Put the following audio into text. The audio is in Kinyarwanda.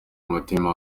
umutima